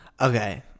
Okay